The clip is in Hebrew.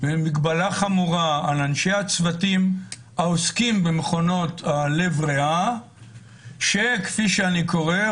ומגבלה חמורה על אנשי הצוותים העוסקים במכונות הלב-ריאה שכפי שאני קורא,